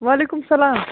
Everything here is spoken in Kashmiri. وعلیکُم سَلام